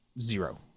zero